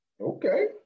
Okay